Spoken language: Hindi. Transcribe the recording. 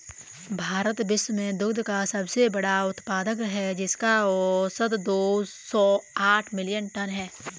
भारत विश्व में दुग्ध का सबसे बड़ा उत्पादक है, जिसका औसत दो सौ साठ मिलियन टन है